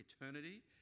eternity